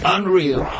Unreal